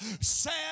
sad